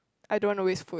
I don't want to waste food